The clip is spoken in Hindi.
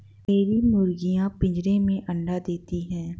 मेरी मुर्गियां पिंजरे में ही अंडा देती हैं